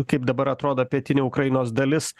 kaip dabar atrodo pietinė ukrainos dalis